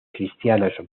cristianos